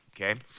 okay